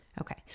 Okay